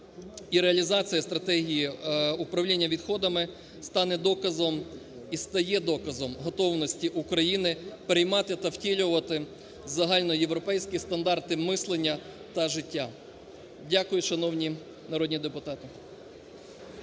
реалізація стратегії управління відходами стане доказом, і стає доказом готовності України приймати та втілювати загальноєвропейські стандарти мислення та життя. Дякую, шановні народні депутати.